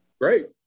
great